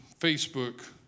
Facebook